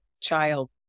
child